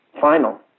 final